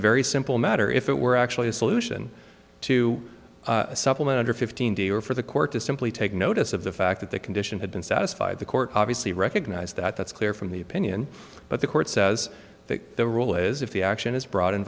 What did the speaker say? very simple matter if it were actually a solution to a supplement or fifteen day or for the court to simply take notice of the fact that the condition had been satisfied the court obviously recognised that that's clear from the opinion but the court says that the rule is if the action is brought in